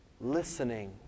listening